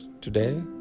today